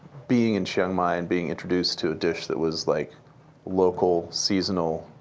being in chiang mai and being introduced to a dish that was like local, seasonal,